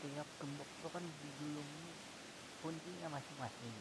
Tiap gembok tu kan dijulungi kuncinya masing masing